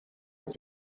ist